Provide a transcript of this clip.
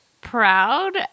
proud